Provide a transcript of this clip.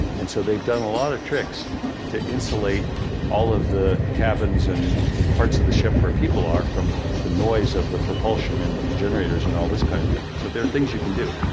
and so they've done a lot of tricks to insulate all of the cabins and parts of the ship where people are from the noise of the propulsion and generators and all this kind of thing so there are things you can do